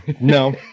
no